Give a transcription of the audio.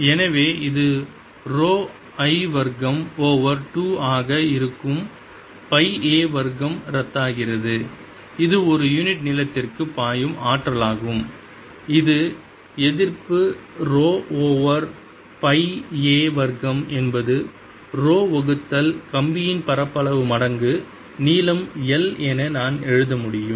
எனவே இது rho I வர்க்கம் ஓவர் 2 ஆக இருக்கும் பை a வர்க்கம் ரத்தாகிறது இது ஒரு யூனிட் நீளத்திற்கு பாயும் ஆற்றலாகும் இது எதிர்ப்பு ரோ ஓவர் பை a வர்க்கம் என்பது ரோ வகுத்தல் கம்பியின் பரப்பளவு மடங்கு நீளம் l என நான் எழுத முடியும்